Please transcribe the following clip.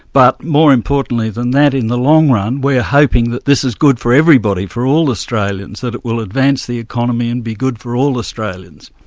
but more importantly than that in the long run, we're hoping that this is good for everybody, for all australians, that it will advance the economy and be good for all australians.